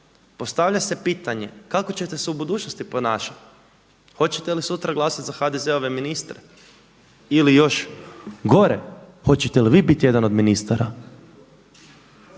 Postavlja se pitanje kako ćete se u budućnosti ponašati? Hoćete li sutra glasati za HDZ-ove ministre? Ili još gore hoćete li vi biti jedan od ministara?